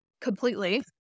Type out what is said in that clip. completely